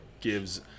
gives